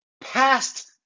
past